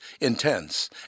intense